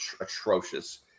atrocious